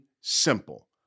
simple